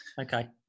Okay